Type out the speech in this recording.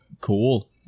cool